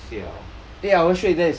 geh siao